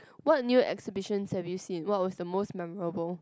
what new exhibitions have you seen what was the most memorable